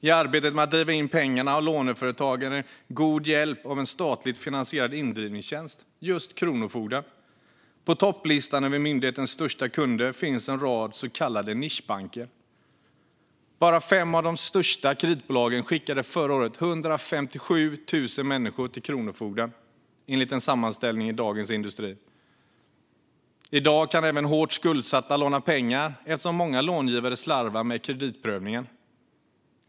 I arbetet med att driva in pengarna har låneföretagen god hjälp av en statligt finansierad indrivningstjänst, just Kronofogden. På topplistan över myndighetens största kunder finns en rad så kallade nischbanker. Bara fem av de största kreditbolagen skickade förra året 157 000 människor till Kronofogden, enligt en sammanställning i Dagens industri. I dag kan även hårt skuldsatta låna pengar eftersom många långivare slarvar med kreditprövningen.